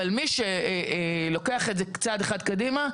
אבל מי שלוקח את זה צעד אחד קדימה,